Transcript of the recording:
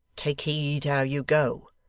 take heed how you go,